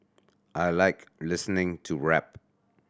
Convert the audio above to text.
I like listening to rap